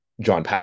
John